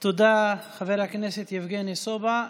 תודה, חבר הכנסת יבגני סובה.